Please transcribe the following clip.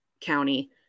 County